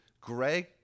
Greg